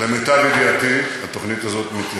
למיטב ידיעתי, התוכנית הזאת מתיישמת,